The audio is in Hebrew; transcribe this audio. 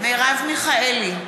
מרב מיכאלי,